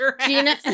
Gina